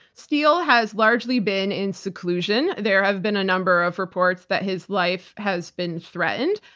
steele has largely been in seclusion. there have been a number of reports that his life has been threatened.